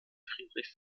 friedrich